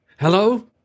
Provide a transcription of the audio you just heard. Hello